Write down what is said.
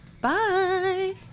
Bye